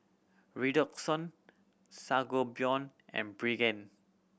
Redoxon Sangobion and Pregain